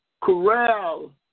corral